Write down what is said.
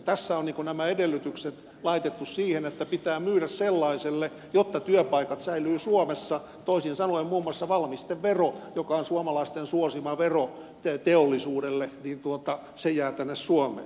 tässä on nämä edellytykset laitettu siihen että pitää myydä sellaiselle taholle että työpaikat säilyvät suomessa toisin sanoen muun muassa valmistevero joka on suomalaisten suosima vero teollisuudelle jää tänne suomeen